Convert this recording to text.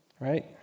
Right